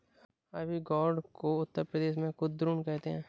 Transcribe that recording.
ivy gourd को उत्तर प्रदेश में कुद्रुन कहते हैं